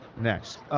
next